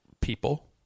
People